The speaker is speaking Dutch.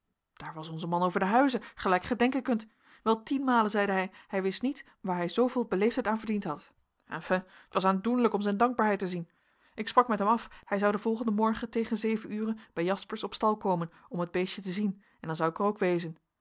daar was onze man over de huizen gelijk gij denken kunt wel tienmalen zeide hij hij wist niet waar hu zooveel beleefdheid aan verdiend had enfin t was aandoenlijk om zijn dankbaarheid te zien ik sprak met hem af hij zou den volgenden morgen tegen zeven uren bij jaspersz op stal komen om het beestje te zien en dan zou ik er ook wezen